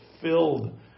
filled